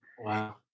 Wow